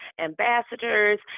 ambassadors